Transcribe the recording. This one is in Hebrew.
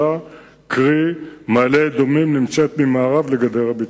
בעניין שטח E1 שבין מעלה-אדומים לירושלים?